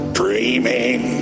dreaming